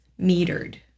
metered